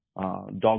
Dog